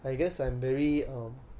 I guess I'm very um